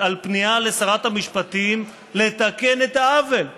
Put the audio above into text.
על פנייה לשרת המשפטים לתקן את העוול.